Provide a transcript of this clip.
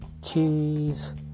keys